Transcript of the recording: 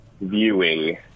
viewing